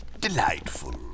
Delightful